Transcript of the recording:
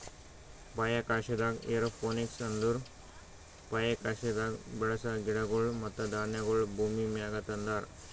ಬಾಹ್ಯಾಕಾಶದಾಗ್ ಏರೋಪೋನಿಕ್ಸ್ ಅಂದುರ್ ಬಾಹ್ಯಾಕಾಶದಾಗ್ ಬೆಳಸ ಗಿಡಗೊಳ್ ಮತ್ತ ಧಾನ್ಯಗೊಳ್ ಭೂಮಿಮ್ಯಾಗ ತಂದಾರ್